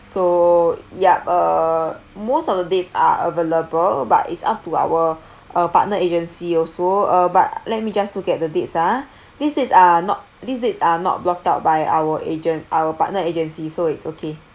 so ya uh most of the dates are available but it's up to our uh partner agency also uh but let me just look at the dates ah these dates are not these dates are not blocked out by our agent our partner agency so it's okay